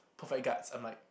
perfect guards I'm like